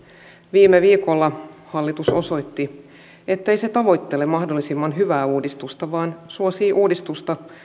viime viikolla hallitus osoitti ettei se tavoittele mahdollisimman hyvää uudistusta vaan suosii uudistusta